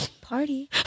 party